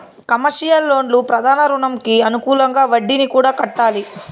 commercial లోన్లు ప్రధాన రుణంకి అనుకూలంగా వడ్డీని కూడా కట్టాలి